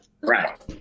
Right